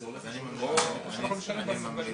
אני עובדת בעיריית ירושלים אבל,